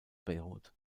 beirut